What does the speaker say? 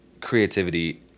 creativity